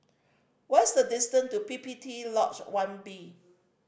what is the distance to P P T Lodge One B